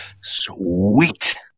sweet